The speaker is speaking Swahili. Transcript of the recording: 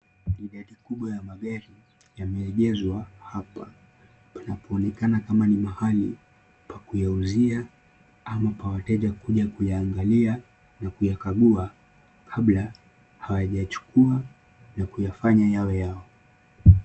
Idadi kubwa ya magari yameezwa hapa pnapoonekama kama ni mahali pa kuuzia ama pa wateja kuja kuyaangalia na kuyakagua kabla hawajayachukua na kuyafanya yawe yao.